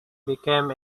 became